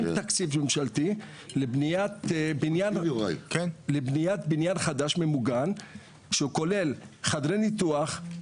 עם תקציב ממשלתי לבניית בניין חדש ממוגן שכולל חדרי ניתוח,